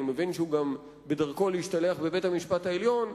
אני מבין שהוא גם בדרכו להשתלח בבית-המשפט העליון,